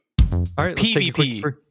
PVP